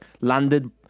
Landed